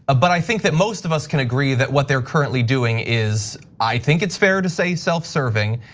ah but i think that most of us can agree that what they're currently doing is, i think it's fair to say self serving,